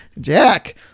Jack